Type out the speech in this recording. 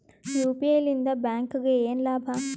UPI ಲಿಂದ ಬ್ಯಾಂಕ್ಗೆ ಏನ್ ಲಾಭ?